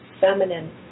feminine